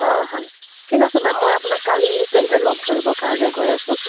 হয় হয় ঠিক আছে মেম মই আপোনাক কালি তেন্তে লগ ধৰিবৰ কাৰণে গৈ আছোঁ